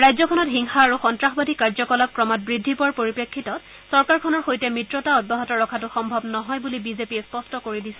ৰাজ্যখনত হিংসা আৰু সন্তাসবাদী কাৰ্যকলাপ ক্ৰমাৎ বৃদ্ধি পোৱাৰ পৰিপ্ৰেক্ষিতত চৰকাৰখনৰ সৈতে মিত্ৰতা অব্যাহত ৰখাটো সম্ভৱ নহয় বুলি বিজেপিয়ে প্ৰকাশ কৰিছে